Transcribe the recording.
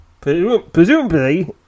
Presumably